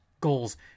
goals